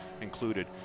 included